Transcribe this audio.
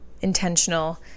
intentional